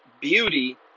beauty